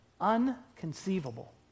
unconceivable